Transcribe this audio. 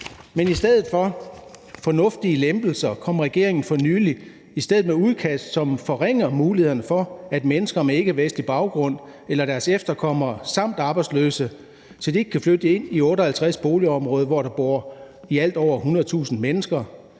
Men i stedet for fornuftige lempelser kom regeringen for nylig med et udkast, som forringer mulighederne for, at mennesker med ikkevestlig baggrund eller deres efterkommere samt arbejdsløse ikke kan flytte ind i 58 boligområder, hvor der i alt bor over hundredtusinde mennesker.